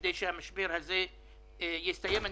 כדי שהמשבר הזה יסתיים.